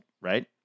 right